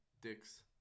dicks